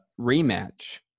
rematch